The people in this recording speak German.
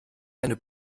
eine